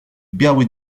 biały